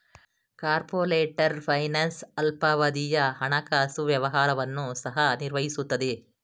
corporate ಫೈನಾನ್ಸ್ ಅಲ್ಪಾವಧಿಯ ಹಣಕಾಸು ವ್ಯವಹಾರವನ್ನು ಸಹ ನಿರ್ವಹಿಸುತ್ತದೆ